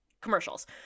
commercials